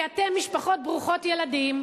כי אתם משפחות ברוכות ילדים,